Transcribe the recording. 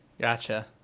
Gotcha